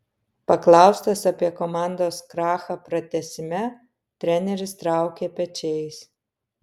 paklaustas apie komandos krachą pratęsime treneris traukė pečiais